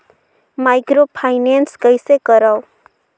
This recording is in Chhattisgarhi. माइक्रोफाइनेंस कइसे करव?